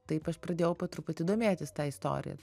taip aš pradėjau po truputį domėtis ta istorija